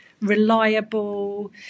reliable